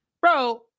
Bro